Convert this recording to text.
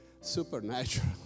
Supernatural